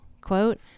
quote